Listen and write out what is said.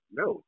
no